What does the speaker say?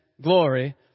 glory